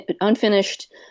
unfinished